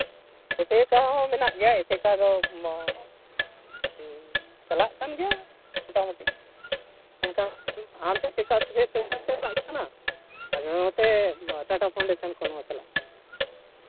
ᱮᱥᱮᱠᱟ ᱫᱚ ᱢᱮᱱᱟᱜ ᱜᱮᱭᱟ ᱮᱥᱮᱠᱟ ᱫᱚ ᱪᱟᱞᱟᱜ ᱠᱟᱱ ᱜᱮᱭᱟ ᱢᱳᱴᱟᱢᱩᱴᱤ ᱚᱱᱠᱟ ᱟᱢ ᱴᱷᱮᱱ ᱪᱮᱫᱠᱟ ᱪᱟᱞᱟᱜ ᱠᱟᱱᱟ ᱟᱨ ᱱᱚᱛᱮ ᱴᱟᱴᱟ ᱯᱷᱟᱣᱩᱱᱰᱮᱥᱚᱱ ᱠᱷᱚᱱ ᱦᱚᱸ ᱪᱟᱞᱟᱜ ᱠᱟᱱᱟ